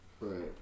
Right